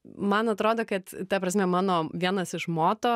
man atrodo kad ta prasme mano vienas iš moto